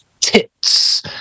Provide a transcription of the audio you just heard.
tits